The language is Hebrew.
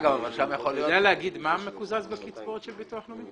אתה יודע להגיד מה מקוזז בקצבאות של ביטוח לאומי?